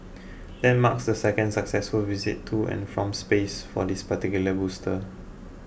that marks the second successful visit to and from space for this particular booster